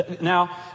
Now